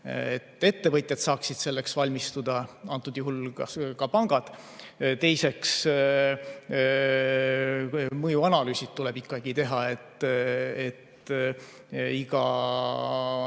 et ettevõtjad saaksid selleks valmistuda, antud juhul ka pangad. Teiseks, mõjuanalüüsid tuleb ikkagi teha. Igal